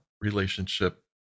relationship